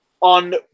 On